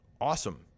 Awesome